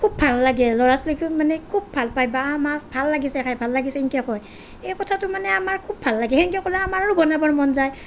খুব ভাল লাগে ল'ৰা ছোৱালীকো মানে খুব ভাল পায় বা আমাক ভাল লাগিছে খাই ভাল লাগিছে এনেকে কয় এই কথাটো মানে আমাৰ খুব ভাল লাগে সেনকে ক'লে আমাৰো বনাবৰ মন যায়